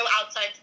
outside